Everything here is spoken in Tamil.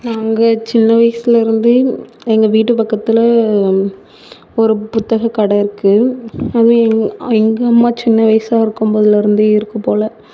நாங்கள் சின்ன வயசிலிருந்தே எங்கள் வீட்டு பக்கத்தில் ஒரு புத்தகக்கடை இருக்குது எங்கள் அம்மா சின்ன வயசாக இருக்கும் போதிலிருந்தே இருக்குது போல